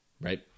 right